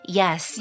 yes